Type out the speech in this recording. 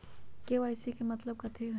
KYC के मतलब कथी होई?